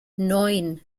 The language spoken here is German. neun